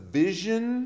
vision